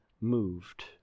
moved